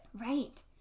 Right